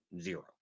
zero